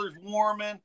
warming